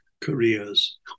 careers